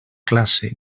classe